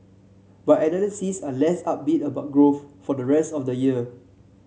but analysts are less upbeat about growth for the rest of the year